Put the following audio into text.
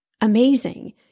amazing